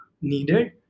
needed